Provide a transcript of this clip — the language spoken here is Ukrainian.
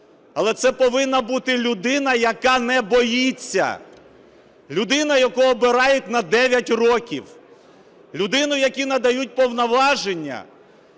Але це повинна бути людина, яка не боїться. Людина, яку обирають на 9 років. Людина, якій надають повноваження